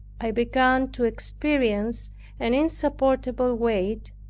i began to experience an insupportable weight,